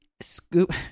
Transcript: scoop